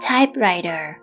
Typewriter